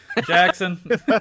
Jackson